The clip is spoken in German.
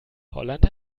holland